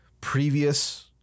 previous